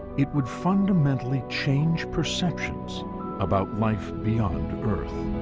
it would fundamentally change perceptions about life beyond earth.